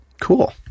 Cool